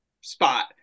spot